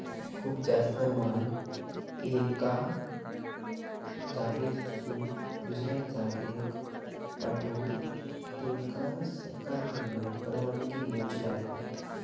खूप जास्त माल एका जागेसून दुसऱ्या जागेक पाठवूक तुमका सरकारकडना परवानगी घेऊची लागात